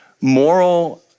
moral